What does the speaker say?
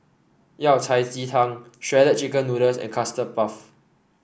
Yao Cai Ji Tang Shredded Chicken Noodles and Custard Puff